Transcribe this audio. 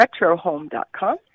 RetroHome.com